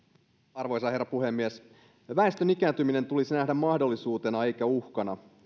arvoisa herra puhemies väestön ikääntyminen tulisi nähdä mahdollisuutena eikä uhkana